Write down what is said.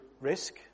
risk